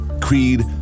creed